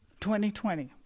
2020